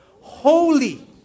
holy